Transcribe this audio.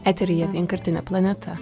eteryje vienkartinė planeta